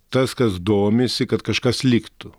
tas kas domisi kad kažkas liktų